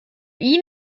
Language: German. ihn